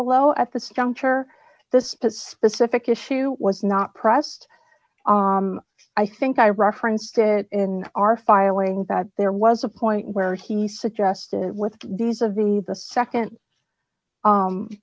a low at this juncture this specific issue was not pressed i think i referenced it in our filings that there was a point where he suggested with these of the the